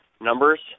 Numbers